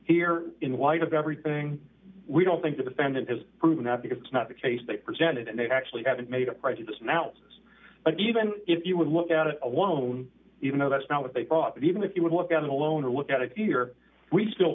here in light of everything we don't think the defendant has proven that because it's not the case they presented and they actually haven't made up prejudice announcers again even if you would look at it alone even though that's not what they thought but even if you would look at him alone or look at it here we still